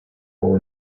will